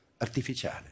artificiale